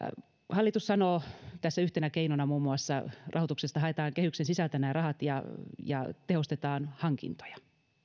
hallitus sanoo tämän rahoituksesta että yhtenä keinona muun muassa haetaan kehyksen sisältä nämä rahat ja ja tehostetaan hankintoja